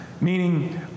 meaning